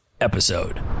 episode